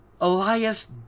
Elias